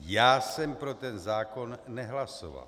Já jsem pro ten zákon nehlasoval.